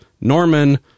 norman